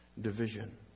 division